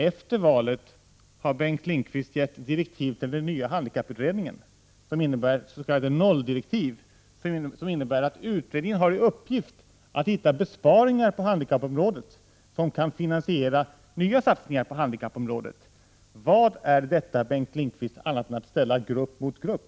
Efter valet har Bengt Lindqvist gett direktiv till den nya handikapputredningen, s.k. nolldirektiv, som innebär att utredningen har i uppgift att hitta besparingar på handikappområdet som kan finansiera nya satsningar på handikappområdet. Vad är detta, Bengt Lindqvist, annat än att ställa grupp mot grupp?